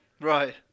Right